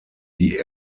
die